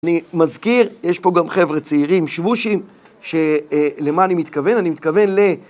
אני מזכיר, יש פה גם חבר'ה צעירים שבושים, שלמה אני מתכוון? אני מתכוון ל...